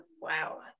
wow